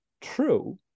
true